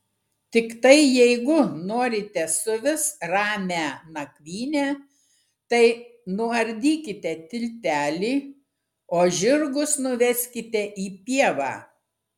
tiktai jeigu norite suvis ramią nakvynę tai nuardykite tiltelį o žirgus nuveskite į pievą